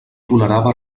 tolerava